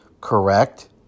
correct